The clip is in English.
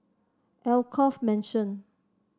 Alkaff Mansion